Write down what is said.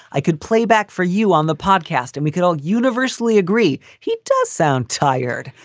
i could play back for you on the podcast and we could all universally agree. he does sound tired.